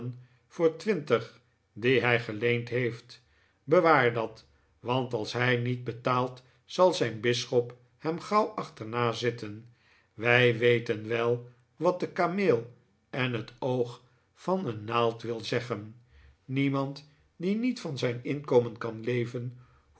voor twintig die hij geleend heeft bewaar dat want als hij niet betaalt zal zijn bisschop hem gauw achterna zitten wij weten wel wat de kameel en het oog van een naald wil zeggen niemand die niet van zijn inkomen kan leven